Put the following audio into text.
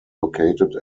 located